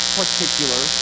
particular